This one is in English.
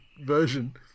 version